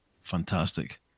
fantastic